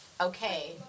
okay